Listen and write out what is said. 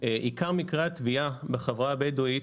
עיקר מקרי הטביעה בחברה הבדווית